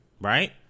Right